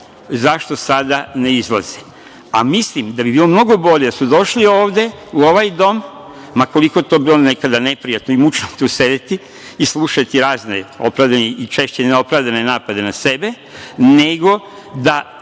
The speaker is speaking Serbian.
zašto sada ne izlaze, a mislim da bi bilo mnogo bolje da su došli ovde u ovaj Dom, ma koliko bilo nekada neprijatno i mučno sedeti i slušati razne opravdane i češće neopravdane napade na sebe, nego da